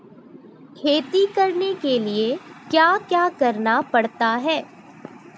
खेती करने के लिए क्या क्या करना पड़ता है?